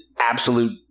absolute